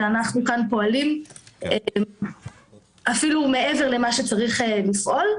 ואנחנו כאן פועלים אפילו מעבר למה שצריך לפעול,